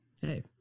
Hey